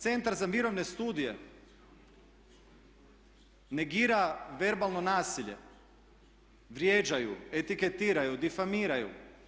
Centar za mirovne studije negira verbalno nasilje, vrijeđaju, etiketiraju, difamiraju.